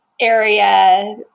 area